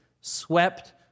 swept